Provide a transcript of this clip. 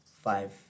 five